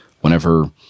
Whenever